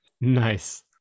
Nice